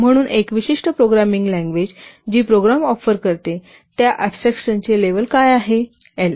म्हणून एक विशिष्ट प्रोग्रामिंग लँग्वेज जी प्रोग्राम ऑफर करते त्या अबस्ट्रॅक्शनचे लेव्हल काय आहे एल